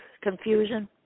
confusion